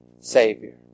Savior